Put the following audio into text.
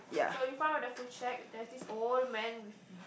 so in front of the food shack there's this old man with